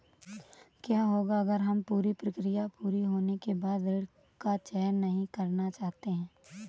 क्या होगा अगर हम पूरी प्रक्रिया पूरी होने के बाद ऋण का चयन नहीं करना चाहते हैं?